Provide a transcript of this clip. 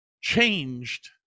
changed